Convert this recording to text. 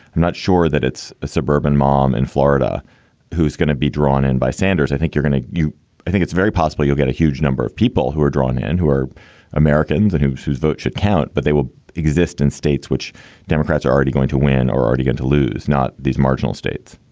i'm not sure that it's a suburban mom in florida who's going to be drawn in by sanders. i think you're going to you i think it's very possible you'll get a huge number of people who are drawn in, who are americans and who whose vote should count. but they will exist in states which democrats are already going to win or already going to lose, not these marginal states